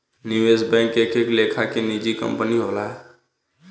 निवेश बैंक एक एक लेखा के निजी कंपनी होला